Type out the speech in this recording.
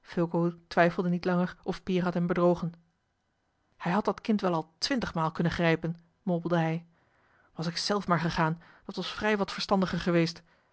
twijfelde niet langer of peer had hem bedrogen hij had dat kind wel al twintigmaal kunnen grijpen mompelde hij was ik zelf maar gegaan dat was vrij wat verstandiger geweest